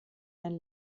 ein